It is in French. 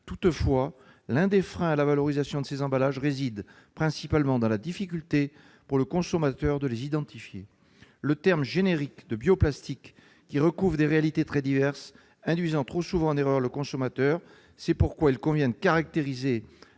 Toutefois, l'un des freins à la valorisation de ces emballages réside principalement dans la difficulté pour le consommateur de les identifier. Le terme générique de « bioplastique », qui recouvre des réalités très diverses, induit trop souvent le consommateur en erreur. C'est pourquoi il convient de caractériser